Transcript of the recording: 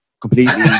completely